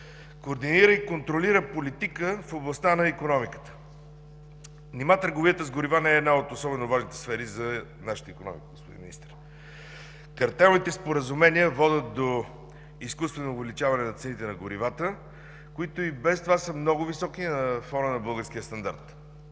координира и контролира политика в областта на икономиката. Нима търговията с горива не е една от особено важните сфери за нашата икономика, господин Министър? Картелните споразумения водят до изкуствено увеличаване на цените на горивата, които и без това са много високи на фона на българския стандарт.